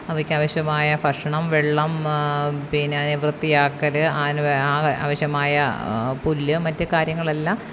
അവയ്ക്ക് ആവശ്യമായ ഭക്ഷണം വെള്ളം പിന്നെ അതിനെ വൃത്തിയാക്കൽ അതിന് ആവശ്യമായ പുല്ല് മറ്റ് കാര്യങ്ങളെല്ലാം